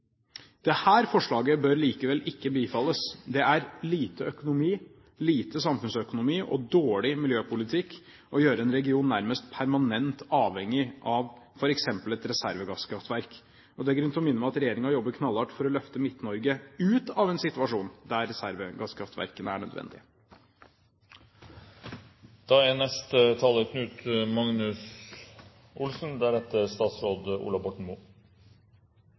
vil her minne om at investeringene i nettet sank til et bunnivå etter at energiloven ble vedtatt tidlig på 1990-tallet, og nådde nullpunktet ved årtusenskiftet – ville kanskje denne saken kunne vært unngått. Dette forslaget bør likevel ikke bifalles. Det er lite økonomi, lite samfunnsøkonomi og dårlig miljøpolitikk å gjøre en region nærmest permanent avhengig av f.eks. et reservegasskraftverk, og det er grunn til å minne om at regjeringen jobber knallhardt for å